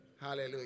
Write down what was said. Hallelujah